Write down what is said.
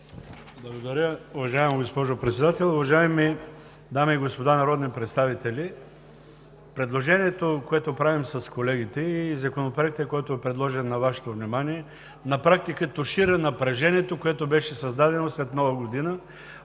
Благодаря, уважаема госпожо Председател. Уважаеми дами и господа народни представители! Предложението, което правим с колегите, и Законопроектът, който е предложен на Вашето внимание, на практика тушира напрежението, което беше създадено след Нова година